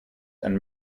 and